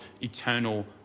eternal